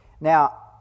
Now